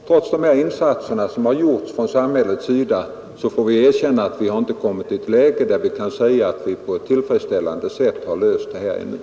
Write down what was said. Trots de insatser som gjorts från samhällets sida har vi ännu inte kommit i ett läge där vi kan säga att vi på ett tillfredsställande sätt löst detta problem.